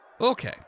Okay